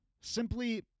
Simply